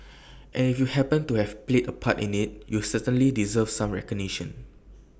and if you happened to have played A part in IT you certainly deserve some recognition